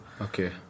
Okay